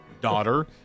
daughter